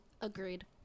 Agreed